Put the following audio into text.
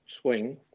swing